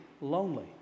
lonely